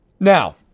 Now